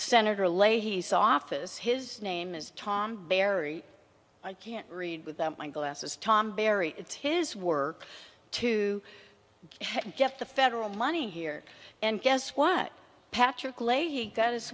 senator leahy saw office his name is tom barry i can't read without my glasses tom barry it's his work to get the federal money here and guess what patrick leahy